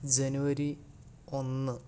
ജനുവരി ഒന്ന്